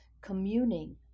communing